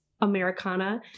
Americana